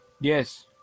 Yes